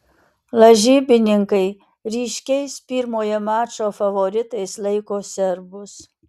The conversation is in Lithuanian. lažybininkai ryškiais pirmojo mačo favoritais laiko serbus